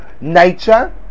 nature